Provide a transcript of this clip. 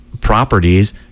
properties